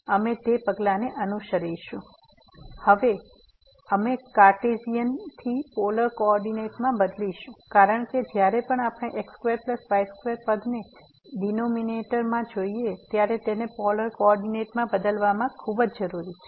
તેથી હવે અમે કાર્ટેશિયનથી પોલર કોઓર્ડીનેટ્સ માં બદલીશું કારણ કે જ્યારે પણ આપણે x2y2 પદ ને ડીનોમીનેટર માં જોઈએ ત્યારે તેને પોલર કોઓર્ડીનેટ્સ માં બદલવા તે ખૂબ જ ઉપયોગી છે